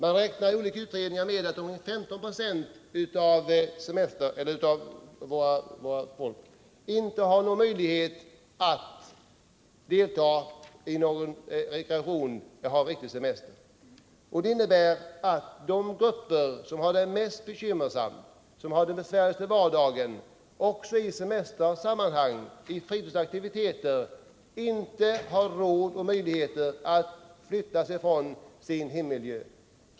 Man räknar i olika utredningar med att omkring 15 96 av vår befolkning inte har möjlighet att delta i någon rekreation eller att få en meningsfull semester. Det innebär att de grupper som har det mest bekymmersamt och den besvärligaste vardagen även i semestersammanhang och i fråga om fritidsaktiviteter inte har råd och möjlighet att flytta sig från sin hemmiljö.